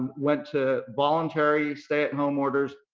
went to voluntary stay at home orders,